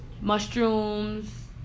mushrooms